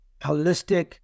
holistic